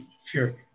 Fury